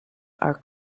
are